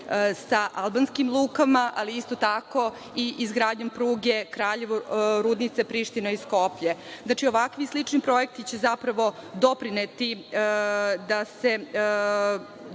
sa albanskim lukama, ali isto tako i izgradnjom pruge Kraljevo-Rudnice-Priština-Skoplje. Dakle, ovakvi i slični projekti će zapravo doprineti da imamo